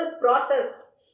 process